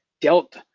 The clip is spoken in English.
dealt